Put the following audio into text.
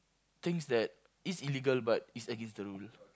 things that is illegal but is against the rule